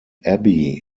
abbey